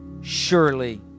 surely